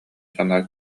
санаа